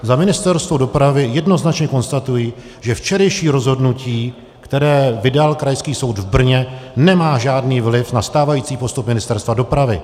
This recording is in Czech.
Za Ministerstvo dopravy jednoznačně konstatuji, že včerejší rozhodnutí, které vydal Krajský soud v Brně, nemá žádný vliv na stávající postup Ministerstva dopravy.